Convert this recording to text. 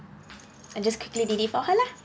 I just quickly did it for her lah